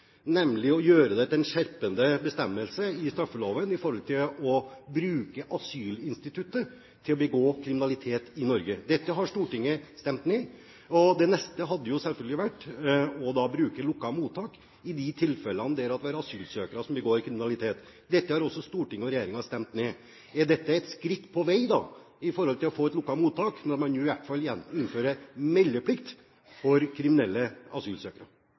å få en skjerpende bestemmelse i straffeloven når det gjelder å bruke asylinstituttet til å begå kriminalitet i Norge. Dette har Stortinget stemt ned. Og det neste hadde selvfølgelig vært å bruke lukkede mottak i de tilfellene der det er asylsøkere som begår kriminalitet. Dette har også Stortinget og regjeringen stemt ned. Er dette et skritt på vei til å få et lukket mottak – når man i hvert fall innfører meldeplikt for kriminelle asylsøkere?